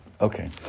Okay